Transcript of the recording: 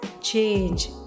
change